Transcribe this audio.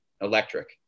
electric